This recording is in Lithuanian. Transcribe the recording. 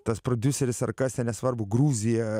tas prodiuseris ar kas ten nesvarbu gruzija